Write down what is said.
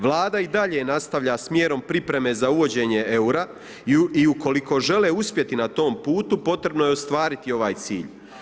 Vlada i dalje nastavlja s mjerom pripreme za uvođenje eura i ukoliko žele uspjeti na tom putu potrebno je ostvariti ovaj cilj.